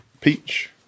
peach